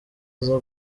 aza